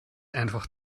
einfach